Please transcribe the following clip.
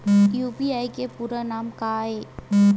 UPI के पूरा नाम का ये?